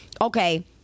Okay